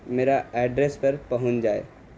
میرا ایڈریس پر پہنچ جائے